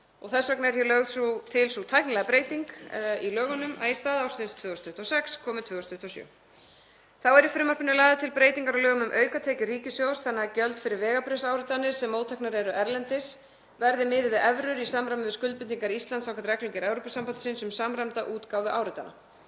Því er lögð til sú tæknilega breyting í lögunum að í stað ártalsins 2026 komi 2027. Þá eru í frumvarpinu lagðar til breytingar á lögum um aukatekjur ríkissjóðs þannig að gjöld fyrir vegabréfsáritanir, sem mótteknar eru erlendis, verði miðuð við evrur í samræmi við skuldbindingar Íslands samkvæmt reglugerð Evrópusambandsins um samræmda útgáfu áritana.